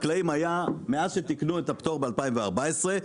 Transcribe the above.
מאז שתיקנו את הפטור לחקלאים ב-2014,